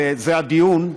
וזה הדיון,